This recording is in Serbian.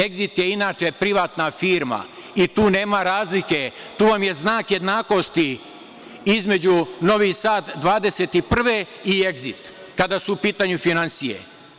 Egzit“ je inače privatna firma i tu nema razlika, tu vam je znak jednakosti između Novi Sad 2021. i „Egzit“, kada su u pitanju finansije.